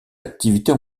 activités